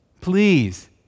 Please